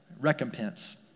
Recompense